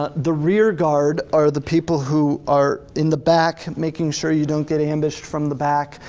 ah the rear guard are the people who are in the back making sure you don't get ambushed from the back,